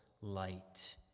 light